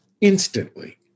instantly